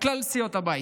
מכלל סיעות הבית,